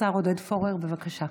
השר עודד פורר, בבקשה.